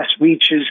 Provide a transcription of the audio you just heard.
reaches